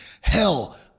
Hell